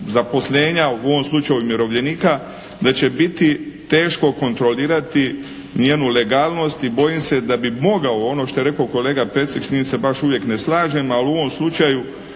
zaposlenja, u ovom slučaju umirovljenika da će biti teško kontrolirati njenu legalnost i bojim se da bi mogao ono što je rekao kolega Pecek, s njim se baš uvijek ne slažem, ali u ovom slučaju